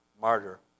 martyr